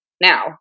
now